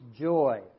joy